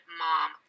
mom